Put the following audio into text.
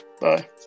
Bye